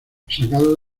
sacado